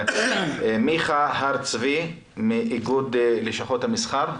מיכה הר-צבי מאיגוד לשכות המסחר,